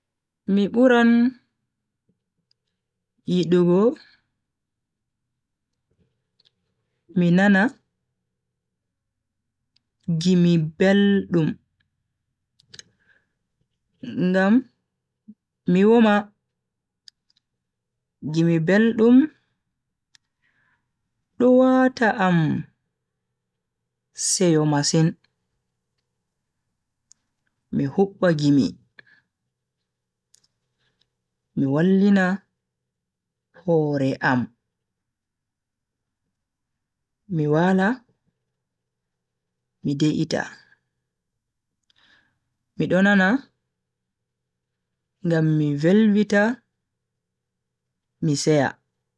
Mi buran yidugo mi nana gimi beldum, ngam mi woma. gimi beldum do wata am seyo masin. mi hubba gimi MI wallina hore am mi Wala mi de'ita mido nana ngam mi Velvita MI seya.